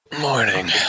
Morning